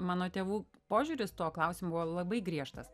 mano tėvų požiūris tuo klausimu buvo labai griežtas